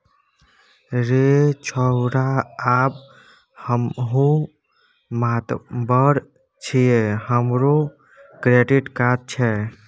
रे छौड़ा आब हमहुँ मातबर छियै हमरो क्रेडिट कार्ड छै